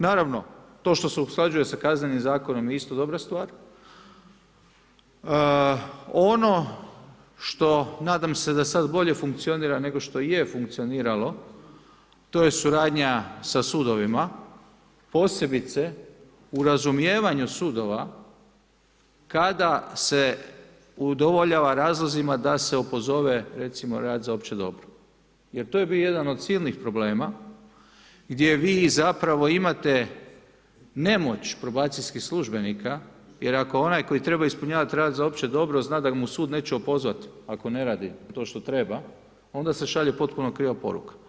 Naravno, to što se usklađuje sa kaznenim je isto dobra stvar, ono što nadam se da sada bolje funkcionira nego što je funkcioniralo to je suradnja sa sudovima posebice u razumijevanju sudova kada se udovoljava razlozima da se opozove recimo rad za opće dobro, jer to je bio jedan od silnih problema gdje vi zapravo imate nemoć probacijskih službenika jer ako onaj koji treba ispunjavat rad za opće dobro zna da mu sud neće opozvat ako ne radi to što treba onda se šalje potpuno kriva poruka.